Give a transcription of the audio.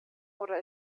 oder